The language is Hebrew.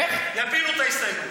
יפילו את ההסתייגות,